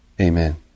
Amen